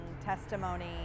testimony